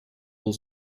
был